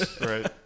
Right